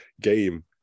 game